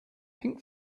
pink